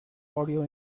audio